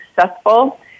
successful